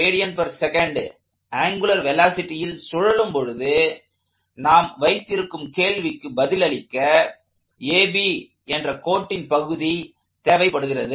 4 rads angular வெலாசிட்டியில் சுழலும் பொழுது நாம் வைத்திருக்கும் கேள்விக்கு பதிலளிக்க AB என்ற கோட்டின் பகுதி தேவைப்படுகிறது